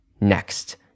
next